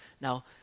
Now